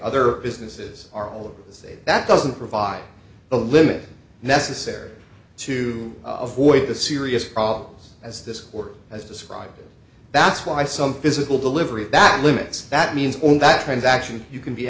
other businesses are all of the state that doesn't provide a limit necessary to avoid the serious problems as this court has described that's why some physical delivery that limits that means that transaction you can be